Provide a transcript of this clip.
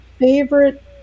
favorite